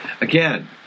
Again